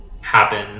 happen